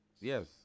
Yes